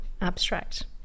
abstract